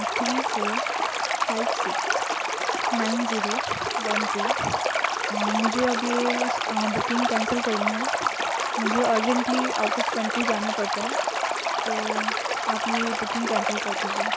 three four five six nine zero one two مجھے ابھی booking cancel کرنی ہیں مجھے ارجنٹلی آؤٹ آف کنٹری جانا پڑ رہا ہے تو آپ یہ بکنگ کینسل کر دیجیے